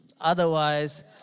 Otherwise